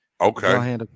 Okay